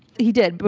he did,